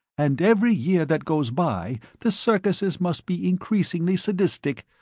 and every year that goes by the circuses must be increasingly sadistic,